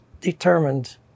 determined